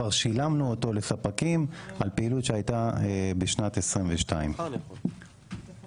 התחייבו עליו בשנת 2022 או בשנים קודמות והביצוע צפוי להיות במהלך השנה.